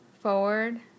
forward